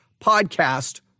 podcast